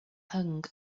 hung